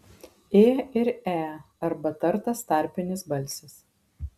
ė ir e arba tartas tarpinis balsis